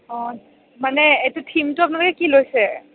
অ মানে এইটো থিমটো আপোনালোকে কি লৈছে